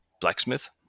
blacksmith